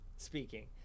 speaking